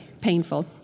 painful